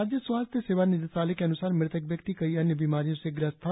राज्य स्वास्थ्य सेवा निदेशालय के अनुसार मृतक व्यक्ति कई अन्य बीमारियों से ग्रस्त था